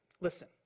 Listen